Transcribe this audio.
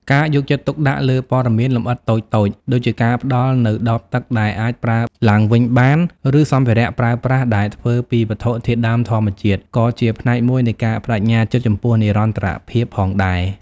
ការយកចិត្តទុកដាក់លើព័ត៌មានលម្អិតតូចៗ ដូចជាការផ្តល់នូវដបទឹកដែលអាចប្រើឡើងវិញបាន ឬសម្ភារៈប្រើប្រាស់ដែលធ្វើពីវត្ថុធាតុដើមធម្មជាតិ ក៏ជាផ្នែកមួយនៃការប្តេជ្ញាចិត្តចំពោះនិរន្តរភាពផងដែរ។